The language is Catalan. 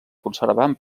conservant